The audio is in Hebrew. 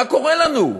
מה קורה לנו?